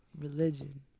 religion